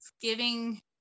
giving